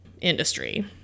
industry